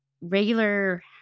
regular